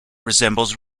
resembles